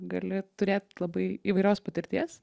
gali turėt labai įvairios patirties